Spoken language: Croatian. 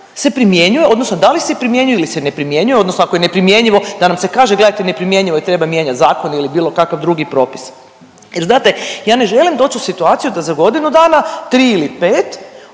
se primjenjuje odnosno da li se primjenjuje ili se ne primjenjuje odnosno ako je neprimjenjivo da nam se kaže gledajte neprimjenjivo je treba mijenjat zakona ili bilo kakav drugi propis. Jer znate ja ne želim doć u situaciju da za godinu dana, tri ili pet